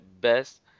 best